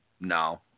No